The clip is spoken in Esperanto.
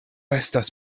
estas